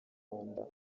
rwanda